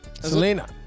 Selena